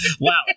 Wow